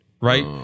Right